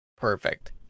Perfect